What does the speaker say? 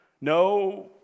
No